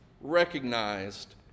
recognized